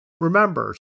remember